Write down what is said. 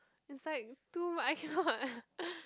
it's like too mu~ I cannot